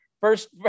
First